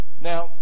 Now